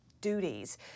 duties